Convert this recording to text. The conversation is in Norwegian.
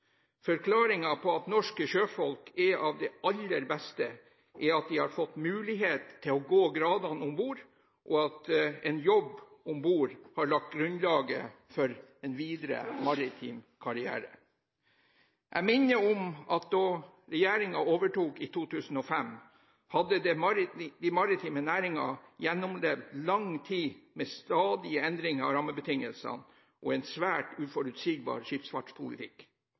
på at norske sjøfolk er blant de aller beste, er at de har fått mulighet til å gå gradene om bord, og at en jobb om bord har lagt grunnlaget for en videre maritim karriere. Jeg minner om at da regjeringen overtok i 2005, hadde den maritime næringen gjennomlevd lang tid med stadige endringer av rammebetingelsene og en svært uforutsigbar skipsfartspolitikk.